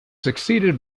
succeeded